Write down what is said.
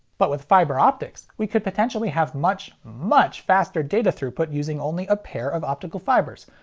but with fiber optics, we could potentially have much, much faster data throughput using only a pair of optical fibers.